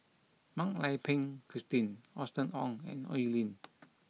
Mak Lai Peng Christine Austen Ong and Oi Lin